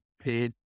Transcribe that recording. paid